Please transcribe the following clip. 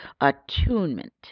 attunement